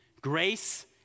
Grace